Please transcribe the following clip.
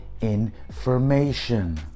information